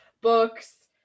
books